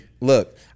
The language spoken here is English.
look